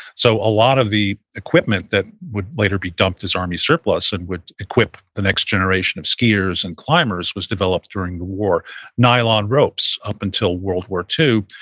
so a lot of the equipment that would later be dumped as army surplus and would equip the next generation of skiers and climbers was developed during the war nylon ropes. up until world war ii,